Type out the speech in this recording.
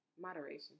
moderation